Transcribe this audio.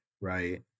Right